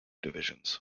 divisions